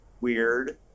weird